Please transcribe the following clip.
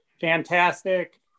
fantastic